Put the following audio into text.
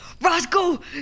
Roscoe